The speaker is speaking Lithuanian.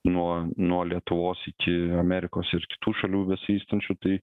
nuo nuo lietuvos iki amerikos ir kitų šalių besivystančių tai